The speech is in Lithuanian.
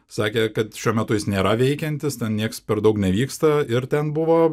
sakė kad šiuo metu jis nėra veikiantis ten nieks per daug nevyksta ir ten buvo